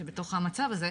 שבתוך המצב הזה,